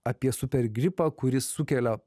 apie supergripą kuris sukelia